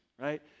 right